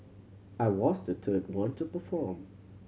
I was the third one to perform